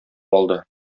алды